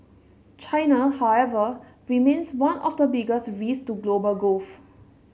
China however remains one of the biggest risk to global growth